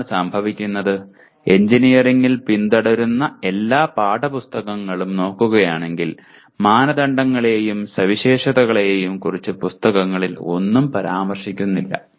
എന്താണ് സംഭവിക്കുന്നത് എഞ്ചിനീയറിംഗിൽ പിന്തുടരുന്ന എല്ലാ പാഠപുസ്തകങ്ങളും നോക്കുകയാണെങ്കിൽ മാനദണ്ഡങ്ങളെയും സവിശേഷതകളെയും കുറിച്ച് പുസ്തകങ്ങളിൽ ഒന്നും പരാമർശിക്കുന്നില്ല